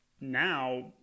now